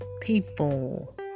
people